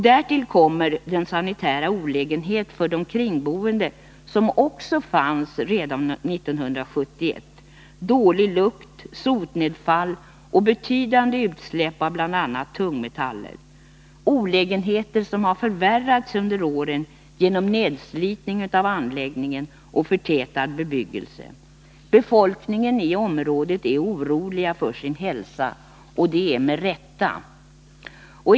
Därtill kommer de sanitära olägenheterna för de kringboende, olägenheter som också fanns redan 1971: dålig lukt, sotnedfall och betydande utsläpp av bl.a. tungmetaller. Dessa olägenheter har förvärrats under åren genom nedslitning av anläggningen och förtätad bebyggelse. Befolkningen i området är orolig för sin hälsa, och det med rätta.